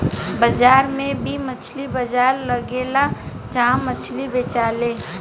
बाजार में भी मछली बाजार लगेला जहा मछली बेचाले